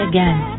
Again